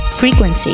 Frequency